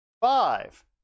five